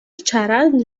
چرند